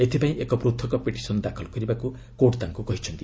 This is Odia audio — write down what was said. ଏଥିପାଇଁ ଏକ ପୃଥକ୍ ପିଟିସନ୍ ଦାଖଲ କରିବାକୁ କୋର୍ଟ ତାଙ୍କୁ କହିଛନ୍ତି